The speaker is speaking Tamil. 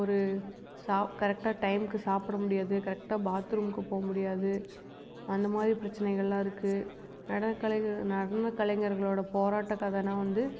ஒரு சா கரெக்டாக டைமுக்கு சாப்ட முடியாது கரெக்டாக பாத்ரூம்க்கு போக முடியாது அந்தமாதிரி பிரச்சனைகள்லாம் இருக்கு நடன கலைக நடன கலைஞர்களோடய போராட்ட கதைன்னா வந்து